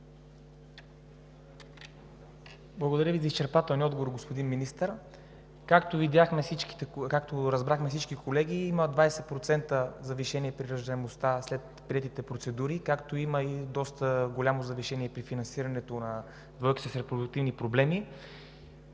Благодаря Ви за изчерпателния отговор, господин Министър. Всички колеги разбрахме, че има 20% завишение на раждаемостта след предприетите процедури, както има и доста голямо завишение при финансирането на двойките с репродуктивни проблеми.